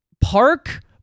park